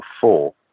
four